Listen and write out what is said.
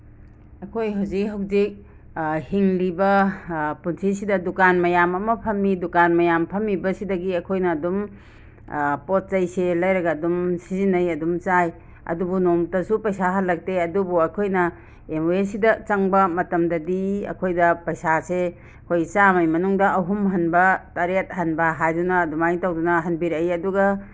ꯑꯩꯈꯣꯏ ꯍꯧꯖꯤꯛ ꯍꯧꯖꯤꯛ ꯍꯤꯡꯂꯤꯕ ꯄꯨꯟꯁꯤꯁꯤꯗ ꯗꯨꯀꯥꯟ ꯃꯌꯥꯝ ꯑꯃ ꯐꯝꯃꯤ ꯗꯨꯀꯥꯟ ꯃꯌꯥꯝ ꯐꯝꯃꯤꯕꯁꯤꯗꯒꯤ ꯑꯩꯈꯣꯏꯅ ꯑꯗꯨꯝ ꯄꯣꯠ ꯆꯩꯁꯦ ꯂꯩꯔꯒ ꯑꯗꯨꯝ ꯁꯤꯖꯤꯟꯅꯩ ꯑꯗꯨꯝ ꯆꯥꯏ ꯑꯗꯨꯕꯨ ꯅꯣꯡꯃꯇꯁꯨ ꯄꯩꯁꯥ ꯍꯜꯂꯛꯇꯦ ꯑꯗꯨꯕꯨ ꯑꯩꯈꯣꯏꯅ ꯑꯦꯝꯋꯦꯁꯤꯗ ꯆꯪꯕ ꯃꯇꯝꯗꯗꯤ ꯑꯩꯈꯣꯏꯗ ꯄꯩꯁꯥꯁꯦ ꯍꯣꯏ ꯆꯥꯝꯃꯒꯤ ꯃꯅꯨꯡꯗ ꯑꯍꯨꯝ ꯍꯟꯕ ꯇꯔꯦꯠ ꯍꯟꯕ ꯍꯥꯏꯗꯨꯅ ꯑꯗꯨꯃꯥꯏꯅ ꯇꯧꯗꯅ ꯍꯟꯕꯤꯔꯛꯏ ꯑꯗꯨꯒ